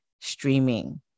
streaming